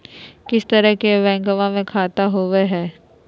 कितना तरह के बैंकवा में खाता होव हई?